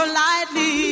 lightly